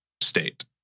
state